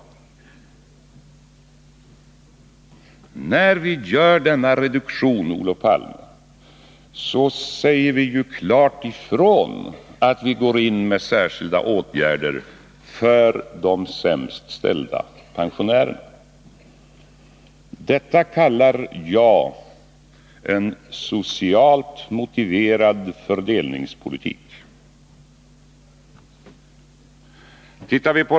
Och när vi gör denna reduktion, Olof Palme, säger vi klart ifrån att vi går in med särskilda åtgärder för de sämst ställda pensionärerna. Detta kallar jag en socialt motiverad fördelningspolitik.